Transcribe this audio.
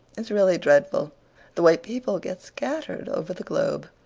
it's really dreadful the way people get scattered over the globe.